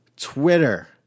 Twitter